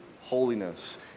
holiness